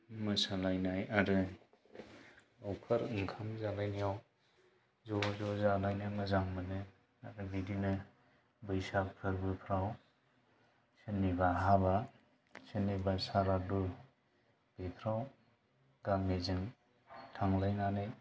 मोसालायनाय आरो लावखार ओंखाम जालायनायाव ज' ज' जानानै मोजां मोनो आरो बिदिनो बैसाग फोरबोफ्राव सोरनिबा हाबा सोरनिबा सारादु बेफ्राव गामिजों थांलायनानै